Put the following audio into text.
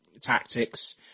tactics